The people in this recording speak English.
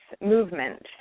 movement